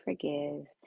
forgive